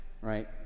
right